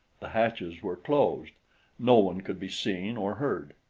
the hatches were closed no one could be seen or heard.